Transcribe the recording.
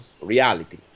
reality